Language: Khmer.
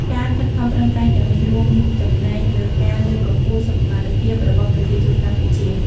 ការខិតខំប្រឹងប្រែងទាំងនេះរួមចំណែកលើការលើកកម្ពស់សុខុមាលភាពរបស់ប្រជាជនកម្ពុជា។